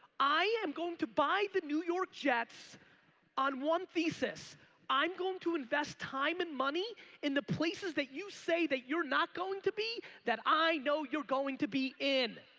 i am going to buy the new york jets on one thesis i'm going to invest time and money in the places that you say that you're not going to be that i know you're going to be in.